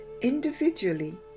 individually